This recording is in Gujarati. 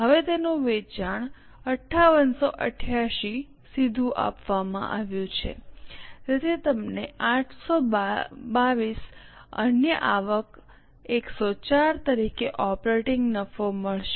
હવે તેનું વેચાણ 5887 સીધું આપવામાં આવ્યું છે તેથી તમને 822 અન્ય આવક 104 તરીકે ઓપરેટિંગ નફો મળશે